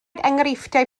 enghreifftiau